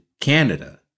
Canada